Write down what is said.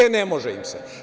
E ne može im se.